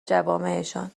جوامعشان